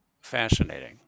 Fascinating